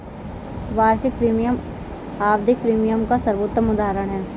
वार्षिक प्रीमियम आवधिक प्रीमियम का सर्वोत्तम उदहारण है